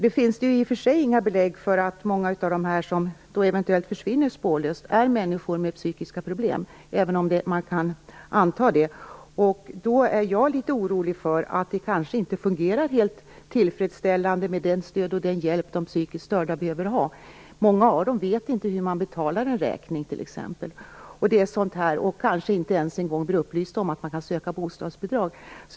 Det finns inga belägg för att många av dem som försvinner spårlöst är människor med psykiska problem, men man kan anta det. Därför är jag litet orolig för att det kanske inte fungerar helt tillfredsställande med det stöd och den hjälp de psykiskt störda behöver ha. Många av dem vet t.ex. inte hur man betalar en räkning, och många kanske inte ens blir upplysta om att man kan söka bostadsbidrag.